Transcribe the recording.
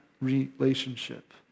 relationship